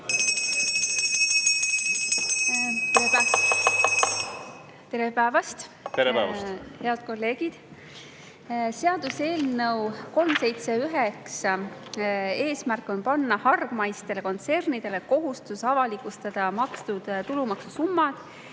Tere päevast … Tere päevast! … head kolleegid! Seaduseelnõu 379 eesmärk on panna hargmaistele kontsernidele kohustus avalikustada makstud tulumaksusummad